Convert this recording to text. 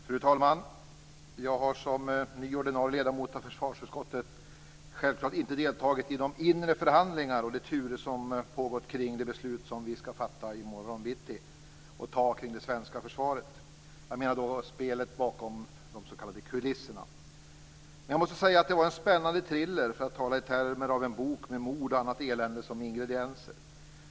Fru talman! Jag har som ny ordinarie ledamot av försvarsutskottet självklart inte deltagit i de inre förhandlingar och de turer som pågått kring det beslut som vi i morgon bitti skall fatta om det svenska försvaret. Jag menar spelet bakom de s.k. kulisserna. Men jag måste säga att det var en spännande thriller, för att tala i termer av en bok med mord och annat elände som ingredienser.